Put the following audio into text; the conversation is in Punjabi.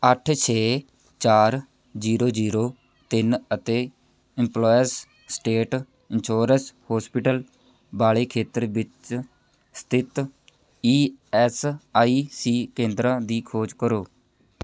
ਅੱਠ ਛੇ ਚਾਰ ਜੀਰੋ ਜੀਰੋ ਤਿੰਨ ਅਤੇ ਇੰਪਲੋਇਸ ਸਟੇਟ ਇੰਸ਼ੋਰੈਂਸ ਹੌਸਪਿਟਲ ਵਾਲੇ ਖੇਤਰ ਵਿੱਚ ਸਥਿਤ ਈ ਐੱਸ ਆਈ ਸੀ ਕੇਂਦਰਾਂ ਦੀ ਖੋਜ ਕਰੋ